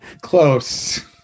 Close